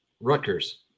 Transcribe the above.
Rutgers